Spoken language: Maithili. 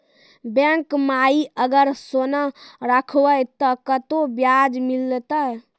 बैंक माई अगर सोना राखबै ते कतो ब्याज मिलाते?